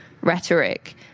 rhetoric